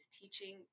teaching